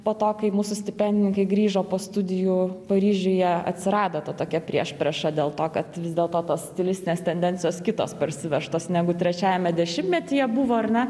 po to kai mūsų stipendininkai grįžo po studijų paryžiuje atsirado ta tokia priešprieša dėl to kad vis dėlto tos stilistinės tendencijos kitos parsivežtos negu trečiajame dešimtmetyje buvo ar ne